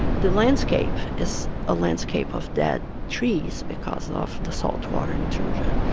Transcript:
the landscape is a landscape of dead trees because of the saltwater intrusion.